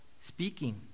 speaking